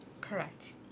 Correct